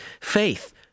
faith